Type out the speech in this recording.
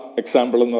example